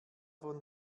von